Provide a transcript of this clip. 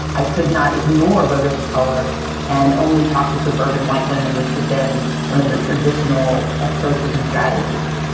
i could not ignore voters of color and only talk to suburban white woman, which had been one of the traditional approaches and strategies.